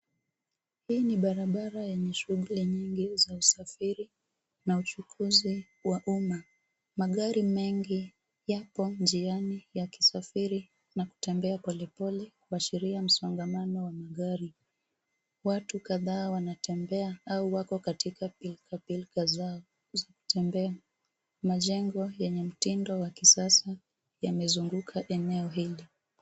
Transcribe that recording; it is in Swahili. Hii ni barabara yenye shughuli nyingi za usafiri na uchukuzi wa umma. Magari mengi yapo njiani yakisafiri na kutembea polepole kuashiria msongamano wa magari. Watu kadhaa wanatembea au wako katika pilikapilika zao za kutembea. Majengo yenye mtindo wa kisasa yamezunguka eneo hili.